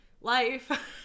life